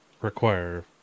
require